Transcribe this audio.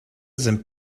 sind